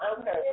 Okay